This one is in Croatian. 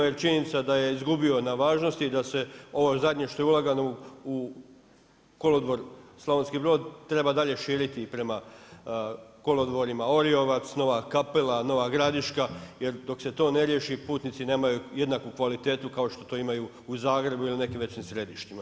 Jer činjenica je da je izgubio na važnosti i da se ovo zadnje što je uloženo u kolodvor Slavonski Brod, treba dalje širiti prema kolodvorima Oriovac, Nova Kapela, Nova Gradiška, jer dok se to ne riješi, putnici nemaju jednaku kvalitetu kao što to imaju u Zagrebu ili nekim većim središtima.